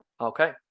okay